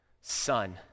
son